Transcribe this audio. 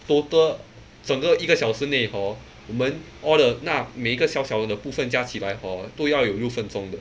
total 整个一个小时内 hor 我们 all the 那每一个小小的部分加起来 hor 都要有六分钟的